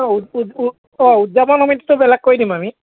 অঁ অঁ উদযাপন কমিটিটো বেলেগ কৰি দিম আমি